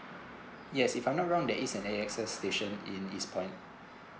yes if I'm not wrong there is an A_X_S station in east point